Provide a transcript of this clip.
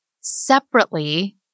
separately